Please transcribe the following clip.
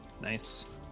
Nice